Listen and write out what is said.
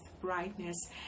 brightness